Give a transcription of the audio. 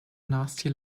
nasty